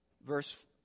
Verse